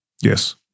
Yes